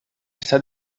està